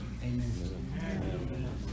Amen